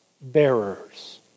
bearers